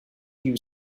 you